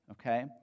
okay